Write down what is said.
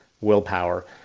willpower